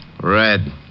Red